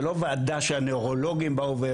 זה לא ועדה שהנוירולוגים באו,